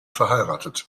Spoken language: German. verheiratet